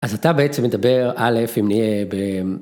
אז אתה בעצם מדבר על איפה אם נהיה ב...